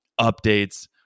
updates